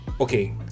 okay